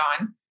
on